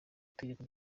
itegeko